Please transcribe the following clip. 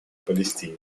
палестине